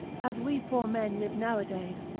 as we poor men live nowadays,